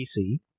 PC